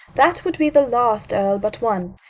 that would be the last earl but one.